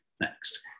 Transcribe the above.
next